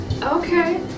Okay